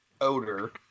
odor